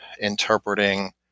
interpreting